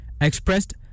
expressed